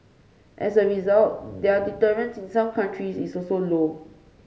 as a result their deterrence in some countries is also low